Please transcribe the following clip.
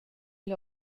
gia